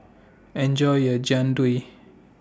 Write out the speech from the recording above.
Enjoy your Jian Dui